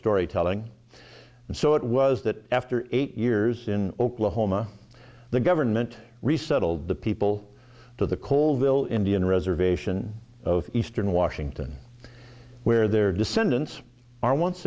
storytelling and so it was that after eight years in oklahoma the government resettled the people to the colleville indian reservation of eastern washington where their descendants are once